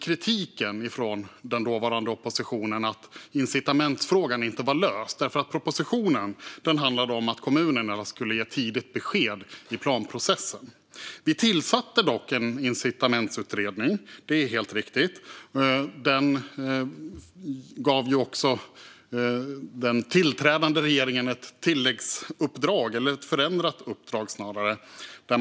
Kritiken från den dåvarande oppositionen gällde just att incitamentsfrågan inte var löst. Propositionen handlade om att kommunerna skulle ge tidigt besked i planprocessen. Vi tillsatte dock en incitamentsutredning; det är helt riktigt. Den tillträdande regeringen gav ett tilläggsuppdrag, eller snarare ett förändrat uppdrag, till utredningen.